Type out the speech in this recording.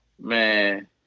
man